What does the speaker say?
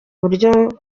uburyo